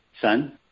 Son